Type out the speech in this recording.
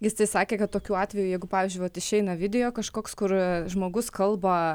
jis tai sakė kad tokiu atveju jeigu pavyzdžiui vat išeina video kažkoks kur žmogus kalba